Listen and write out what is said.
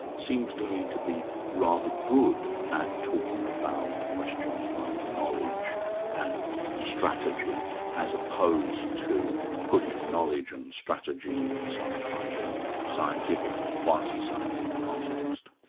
seems to me to be rather good at talking about questions like knowledge and strategy as opposed to putting knowledge and strategy in some kind of scientific or quasi-scientific context.